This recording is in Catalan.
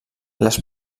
les